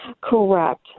Correct